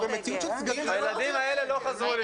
אנחנו במציאות של סגרים --- הילדים האלה לא חזרו ללמוד.